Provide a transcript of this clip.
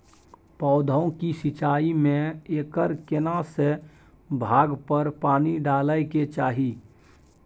पौधों की सिंचाई में एकर केना से भाग पर पानी डालय के चाही?